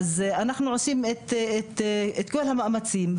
אנחנו עושים את כל המאמצים.